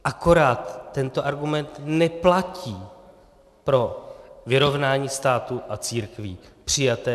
Akorát tento argument neplatí pro vyrovnání státu a církví přijaté v roce 2012.